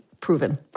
proven